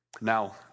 Now